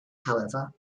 however